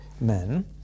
men